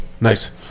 nice